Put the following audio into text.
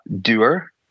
doer